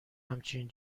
همچین